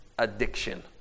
addiction